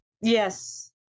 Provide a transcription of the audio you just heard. Yes